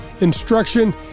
instruction